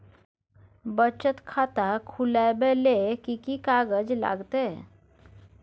बचत खाता खुलैबै ले कि की कागज लागतै?